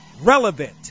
relevant